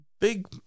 big